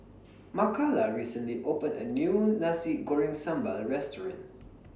Makala recently opened A New Nasi Goreng Sambal Restaurant